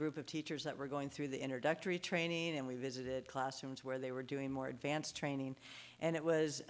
group of teachers that were going through the introductory training and we visited classrooms where they were doing more advanced training and it was